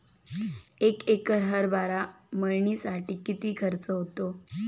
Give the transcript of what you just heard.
एक एकर हरभरा मळणीसाठी किती खर्च होतो?